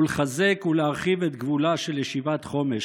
ולחזק ולהרחיב את גבולה של ישיבת חומש.